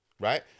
right